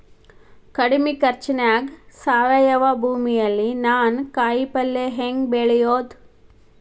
ಕಡಮಿ ಖರ್ಚನ್ಯಾಗ್ ಸಾವಯವ ಭೂಮಿಯಲ್ಲಿ ನಾನ್ ಕಾಯಿಪಲ್ಲೆ ಹೆಂಗ್ ಬೆಳಿಯೋದ್?